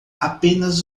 apenas